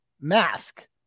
mask